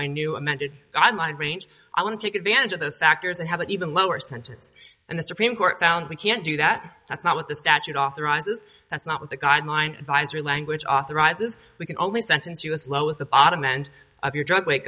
my new amended guidelines range i want to take advantage of those factors and have an even lower sentence and the supreme court found we can't do that that's not what the statute authorizes that's not what the guideline advisory language authorizes we can only sentence you as low as the bottom end of your drug wa